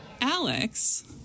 Alex